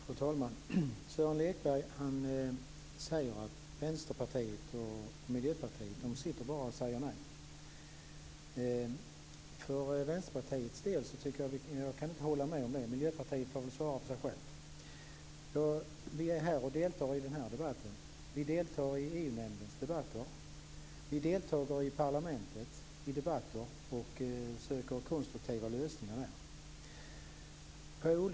Fru talman! Sören Lekberg säger att Vänsterpartiet och Miljöpartiet bara säger nej. Jag kan inte hålla med om det för Vänsterpartiets del. Miljöpartiet får svara för sig självt. Vi deltar i denna debatt, och vi deltar i EU-nämndens debatter. Vi deltar i debatter i parlamentet och söker konstruktiva lösningar.